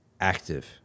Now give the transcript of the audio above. active